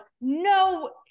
no